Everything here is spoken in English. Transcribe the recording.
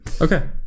okay